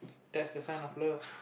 that's the sign of love